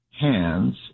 hands